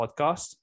podcast